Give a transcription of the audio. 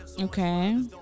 Okay